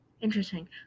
interesting